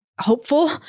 hopeful